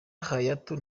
hayatou